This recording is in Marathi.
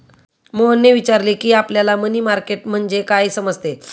मोहनने विचारले की, आपल्याला मनी मार्केट म्हणजे काय समजते?